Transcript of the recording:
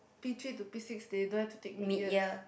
P three to P six they don't have to take mid years